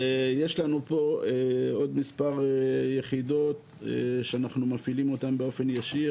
יש לנו פה עוד מספר יחידות שאנחנו מפעילים אותן באופן ישיר.